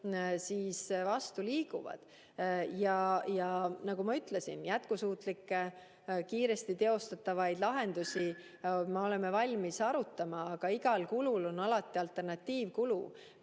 vastu liiguvad. Nagu ma ütlesin, jätkusuutlikke kiiresti teostatavaid lahendusi me oleme valmis arutama, aga igal kulul on alati alternatiivkulu.